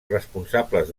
responsables